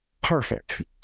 perfect